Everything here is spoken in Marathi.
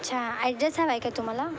अच्छा ॲड्रेस हवा आहे का तुम्हाला